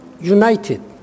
united